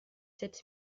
sept